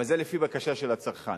אבל זה לפי בקשה של הצרכן.